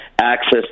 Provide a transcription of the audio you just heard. access